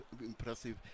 impressive